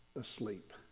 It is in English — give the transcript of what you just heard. asleep